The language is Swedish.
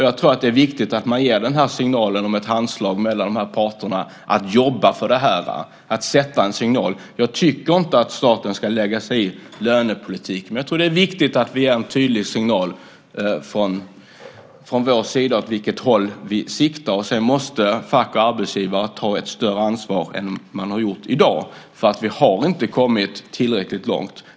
Jag tror att det är viktigt att man ger signalen att man måste jobba för detta. Jag tycker inte att staten ska lägga sig i lönepolitik, men jag tror att det är viktigt att vi ger en tydlig signal om åt vilket håll vi siktar. Sedan måste fack och arbetsgivare ta ett större ansvar än hittills. Vi har inte kommit tillräckligt långt.